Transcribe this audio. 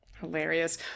Hilarious